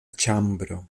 ĉambro